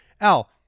Al